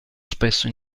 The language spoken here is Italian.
spesso